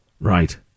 Right